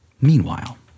Meanwhile